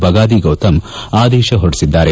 ಬಗಾದಿ ಗೌತಮ್ ಆದೇಶ ಹೊರಡಿಸಿದ್ದಾರೆ